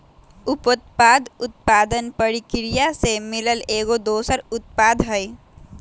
उपोत्पाद उत्पादन परकिरिया से मिलल एगो दोसर उत्पाद हई